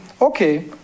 okay